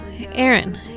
Aaron